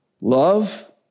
Love